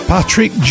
Patrick